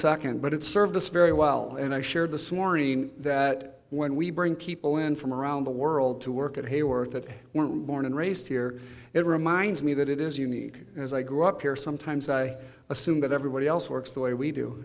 second but it served us very well and i shared the soaring that when we bring people in from around the world to work at hayworth that were born and raised here it reminds me that it is unique as i grew up here sometimes i assume that everybody else works the way we do